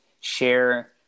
share